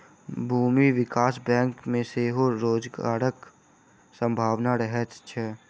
भूमि विकास बैंक मे सेहो रोजगारक संभावना रहैत छै